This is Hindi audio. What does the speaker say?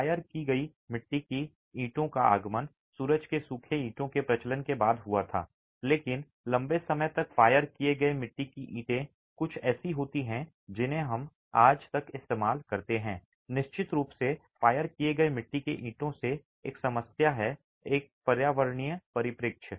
फायर की गई मिट्टी की ईंटों का आगमन सूरज के सूखे ईंटों के प्रचलन के बाद हुआ था बल्कि लंबे समय तक फायर किए गए मिट्टी की ईंटें कुछ ऐसी होती हैं जिन्हें हम आज तक इस्तेमाल करते हैं निश्चित रूप से फायर किए गए मिट्टी के ईंटों से एक समस्या है एक पर्यावरणीय परिप्रेक्ष्य